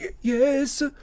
yes